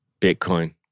Bitcoin